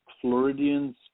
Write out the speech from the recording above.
Floridian's